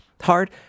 hard